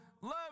love